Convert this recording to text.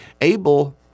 Abel